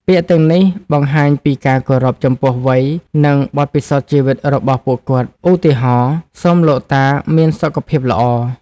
ពាក្យទាំងនេះបង្ហាញពីការគោរពចំពោះវ័យ និងបទពិសោធន៍ជីវិតរបស់ពួកគាត់ ឧទាហរណ៍ សូមលោកតាមានសុខភាពល្អ។